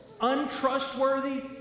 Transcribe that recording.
untrustworthy